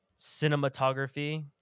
cinematography